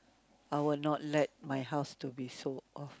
I will not let my house to be sold off